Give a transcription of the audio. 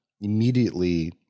immediately –